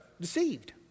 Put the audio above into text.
deceived